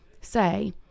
say